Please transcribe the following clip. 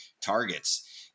targets